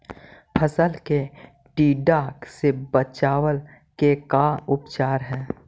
फ़सल के टिड्डा से बचाव के का उपचार है?